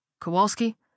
Kowalski